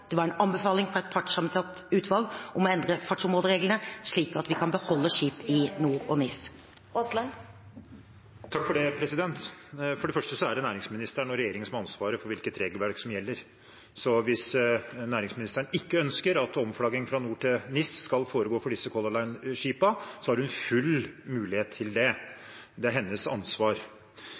det var en anbefaling fra et partssammensatt utvalg – om å endre fartsområdereglene, slik at vi kan beholde skip i NOR og NIS. For det første er det næringsministeren og regjeringen som har ansvaret for hvilket regelverk som gjelder. Så hvis næringsministeren ikke ønsker at omflagging fra NOR til NIS skal foregå for disse Color Line-skipene, har hun full mulighet til å gjøre noe, det er hennes ansvar.